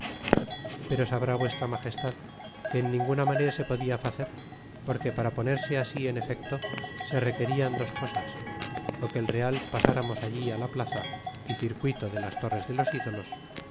pero sabrá vuestra miles tad que en ninguna manera se podia facer porque vara por bese asi en efecto se requerian dos cosas que el real pasa tamos allí la plaza y circuito de las torres de los ídolos